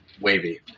wavy